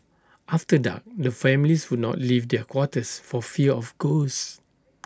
after dark the families would not leave their quarters for fear of ghosts